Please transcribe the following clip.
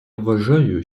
вважаю